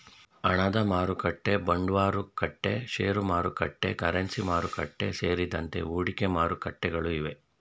ಹಣದಮಾರುಕಟ್ಟೆ, ಬಾಂಡ್ಮಾರುಕಟ್ಟೆ, ಶೇರುಮಾರುಕಟ್ಟೆ, ಕರೆನ್ಸಿ ಮಾರುಕಟ್ಟೆ, ಸೇರಿದಂತೆ ಹೂಡಿಕೆ ಮಾರುಕಟ್ಟೆಗಳು ಇವೆ